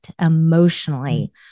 emotionally